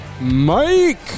Mike